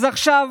אז עכשיו